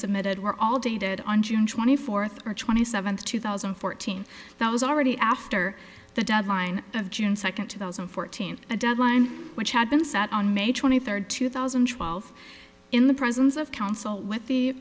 submitted were all dated on june twenty fourth or twenty seventh two thousand and fourteen that was already after the deadline of june second two thousand and fourteen a deadline which had been set on may twenty third two thousand and twelve in the presence of counsel with the